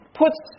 puts